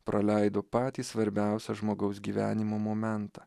praleido patį svarbiausią žmogaus gyvenimo momentą